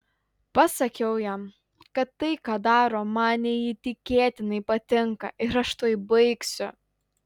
pasakiau jam kad tai ką daro man neįtikėtinai patinka ir aš tuoj baigsiu